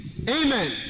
Amen